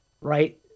right